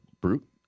brute